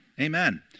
amen